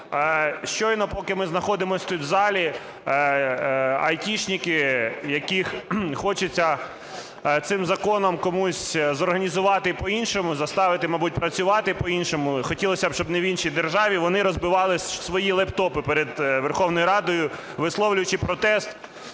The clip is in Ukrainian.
Щойно, поки ми знаходимося тут у залі, айтішники, яких хочеться цим законом комусь зорганізувати по-іншому, заставити, мабуть, працювати по-іншому, хотілося б, щоб не в іншій державі, вони розбивали свої лептопи перед Верховною Радою, висловлюючи протест